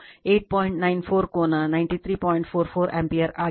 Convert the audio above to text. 44o ampere ಆಗಿದೆ